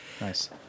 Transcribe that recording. nice